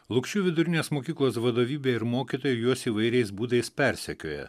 lukšių vidurinės mokyklos vadovybė ir mokytojai juos įvairiais būdais persekioja